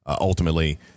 ultimately